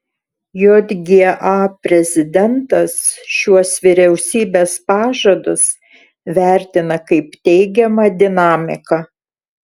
jga prezidentas šiuos vyriausybės pažadus vertina kaip teigiamą dinamiką